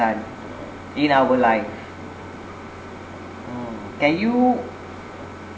in our life mm can you